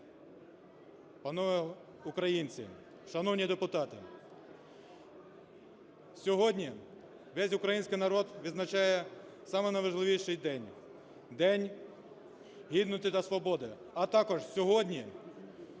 Панове українці, шановні депутати! Сьогодні весь український народ відзначає самий найважливіший день – День Гідності та Свободи, а також сьогодні